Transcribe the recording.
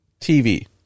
TV